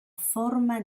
forma